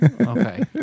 okay